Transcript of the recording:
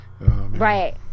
right